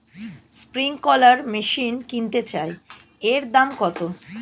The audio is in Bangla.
স্প্রিংকলার মেশিন কিনতে চাই এর দাম কত?